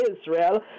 Israel